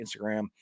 Instagram